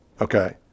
Okay